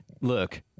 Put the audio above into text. Look